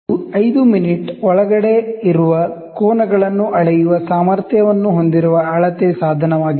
ಇದು 5 'ಒಳಗೆ ಇರುವ ಕೋನಗಳನ್ನು ಅಳೆಯುವ ಸಾಮರ್ಥ್ಯವನ್ನು ಹೊಂದಿರುವ ಅಳತೆ ಸಾಧನವಾಗಿದೆ